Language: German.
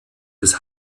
des